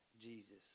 Jesus